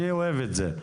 אני אוהב את זה,